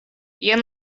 jen